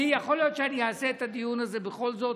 יכול להיות שאני אעשה את הדיון הזה בכל זאת.